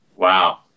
Wow